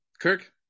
Kirk